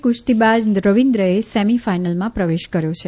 કુસ્તીબાજ રવિન્દ્રએ સેમીફાઈનલમાં પ્રવેશ કર્યો છે